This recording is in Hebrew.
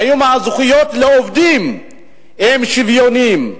האם זכויות העובדים הן שוויוניות?